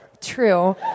True